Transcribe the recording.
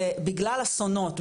ובגלל האסונות,